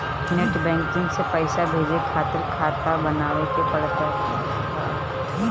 net banking से पईसा भेजे खातिर खाता बानवे के पड़त हअ